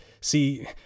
see